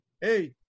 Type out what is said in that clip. hey